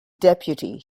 deputy